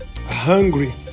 hungry